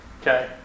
Okay